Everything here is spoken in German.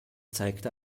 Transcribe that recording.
zeigte